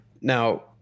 Now